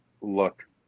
look